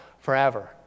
forever